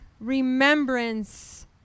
remembrance